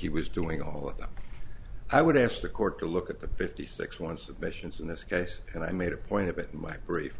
he was doing all of them i would ask the court to look at the fifty six one submissions in this case and i made a point of it in my brief